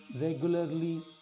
regularly